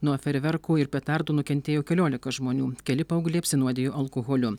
nuo fejerverkų ir petardų nukentėjo keliolika žmonių keli paaugliai apsinuodijo alkoholiu